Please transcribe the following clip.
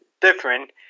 different